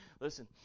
Listen